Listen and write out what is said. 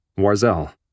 Warzel